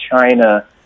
China